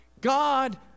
God